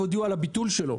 הודיעו על הביטול שלו,